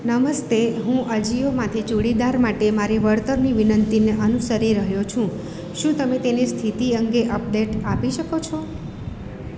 નમસ્તે હું અજિયોમાંથી ચૂડીદાર માટે મારી વળતરની વિનંતીને અનુસરી રહ્યો છું શું તમે તેની સ્થિતિ અંગે અપડેટ આપી શકો છો